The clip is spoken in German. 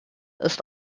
ist